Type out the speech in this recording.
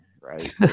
right